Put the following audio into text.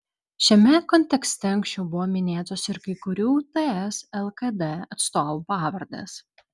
šiame kontekste anksčiau buvo minėtos ir kai kurių ts lkd atstovų pavardės